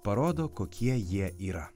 parodo kokie jie yra